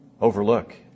overlook